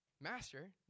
Master